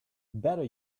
better